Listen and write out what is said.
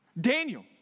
Daniel